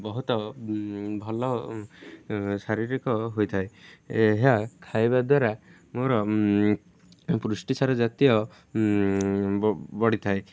ବହୁତ ଭଲ ଶାରୀରିକ ହୋଇଥାଏ ଏହା ଖାଇବା ଦ୍ୱାରା ମୋର ପୃଷ୍ଟିସାର ଜାତୀୟ ବଢ଼ିଥାଏ